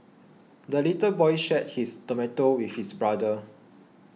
the little boy shared his tomato with his brother